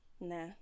Nah